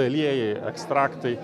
aliejai ekstraktai